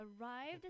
arrived